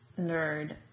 nerd